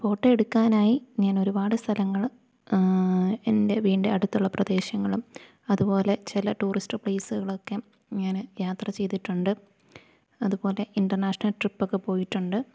photo എടുക്കാനായി ഞാൻ ഒരുപാട് സ്ഥലങ്ങൾ എൻ്റെ വീടിൻ്റെ അടുത്തുള്ള പ്രദേശങ്ങളും അതുപോലെ ചില ടൂറിസ്റ്റ് പ്ലേസുകൾ ഒക്കെ ഞാൻ യാത്ര ചെയ്തിട്ടുണ്ട് അതുപോലെ ഇൻറ്റർനാഷണൽ ട്രിപ്പൊക്കെ പോയിട്ടുണ്ട്